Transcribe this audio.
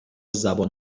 زبان